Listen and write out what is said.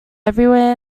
everywhere